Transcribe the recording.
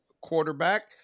quarterback